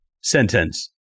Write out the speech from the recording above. sentence